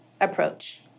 approach